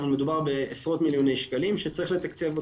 אבל מדובר בעשרות מיליוני שקלים שצריך לתקצב אותם.